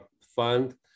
fund